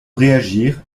réagir